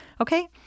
Okay